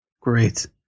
Great